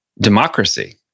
democracy